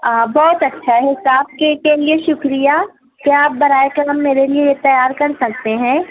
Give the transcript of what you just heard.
بہت اچھا ہے حساب کے کے لیے شکریہ کیا آپ براہ کرم میرے لیے یہ تیار کر سکتے ہیں